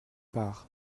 part